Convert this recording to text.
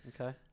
Okay